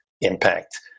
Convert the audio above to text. impact